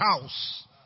house